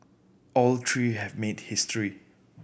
all three have made history